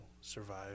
survive